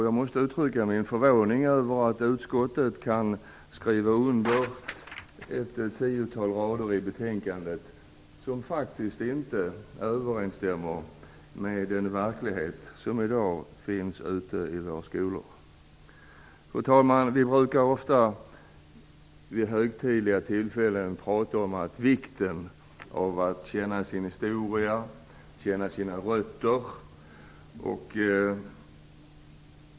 Jag måste uttrycka min förvåning över att utskottet kan skriva under ett tiotal rader i betänkandet som faktiskt inte överensstämmer med den verklighet som finns ute i våra skolor i dag. Fru talman! Vid högtidliga tillfällen brukar vi ofta prata om vikten av att känna sin historia och känna sina rötter.